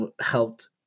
helped